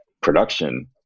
production